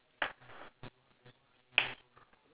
at the center of the picture